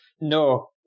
No